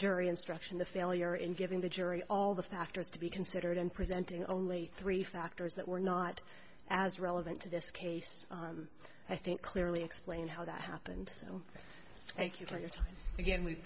jury instruction the failure in giving the jury all the factors to be considered in presenting only three factors that were not as relevant to this case i think clearly explain how that happened so thank you for your time again we've